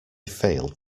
failed